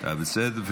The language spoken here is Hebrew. לא, אני בסדר.